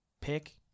pick